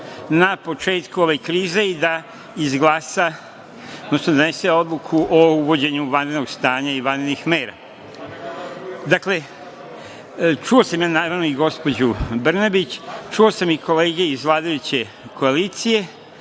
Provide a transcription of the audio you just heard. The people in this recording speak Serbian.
na početku ove krize i da izglasa, odnosno da donese odluku o uvođenju vanrednog stanja i vanrednih mera. Dakle, čuo sam, naravno, i gospođu Brnabić, čuo sam i kolege iz vladajuće koalicije,